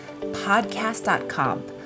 podcast.com